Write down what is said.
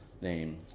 name